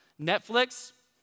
Netflix